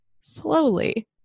slowly